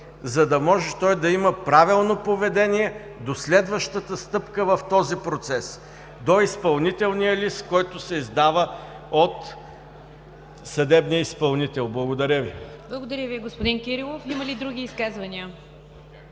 за да може той да има правилно поведение до следващата стъпка в този процес – до изпълнителния лист, който се издава от съдебния изпълнител. Благодаря Ви. ПРЕДСЕДАТЕЛ НИГЯР ДЖАФЕР: Благодаря Ви, господин Кирилов. Има ли други изказвания?